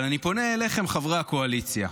אבל אני פונה אליכם, חברי הקואליציה,